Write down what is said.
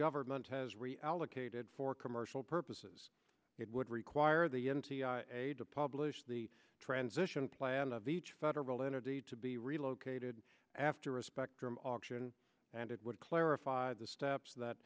government has reallocated for commercial purposes it would require the entity aid to publish the transition plan of each federal entity to be relocated after a spectrum auction and it would clarify the steps that